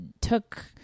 took